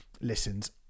listens